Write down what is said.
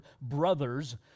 brothers